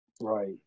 Right